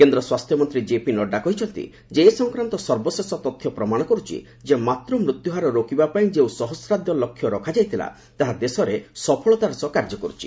କେନ୍ଦ୍ର ସ୍ୱାସ୍ଥ୍ୟମନ୍ତ୍ରୀ ଜେପି ନଡ୍ରା କହିଛନ୍ତି ଯେ ଏ ସଂକ୍ରାନ୍ତ ସର୍ବଶେଷ ତଥ୍ୟ ପ୍ରମାଣ କରୁଛି ଯେ ମାତୁ ମୃତ୍ୟୁହାର ରୋକିବା ପାଇଁ ଯେଉଁ ସହଶ୍ରାବ୍ଦ ଲକ୍ଷ୍ୟ ରଖା ଯାଇଥିଲା ତାହା ଦେଶରେ ସଫଳତାର ସହ କାର୍ଯ୍ୟ କରୁଛି